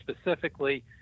specifically